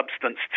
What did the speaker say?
substance